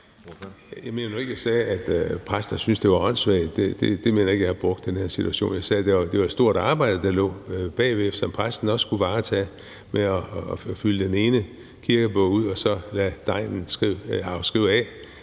jeg sagde, at præster synes, det var åndssvagt. Det mener jeg ikke jeg har sagt i den her situation. Jeg sagde, at der lå et stort arbejde bagved, som præsten også skulle varetage, med at fylde den ene kirkebog ud og så lade degnen skrive af.